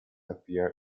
appear